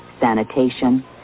sanitation